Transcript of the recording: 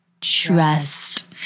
trust